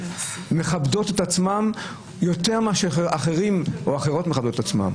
הן מכבדות את עצמן יותר מאשר אחרים או אחרות מכבדים את עצמם.